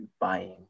buying